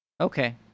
Okay